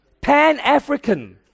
Pan-African